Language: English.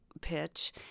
pitch